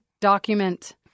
document